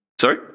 Sorry